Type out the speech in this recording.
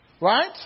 Right